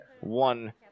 one